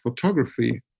photography